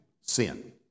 sin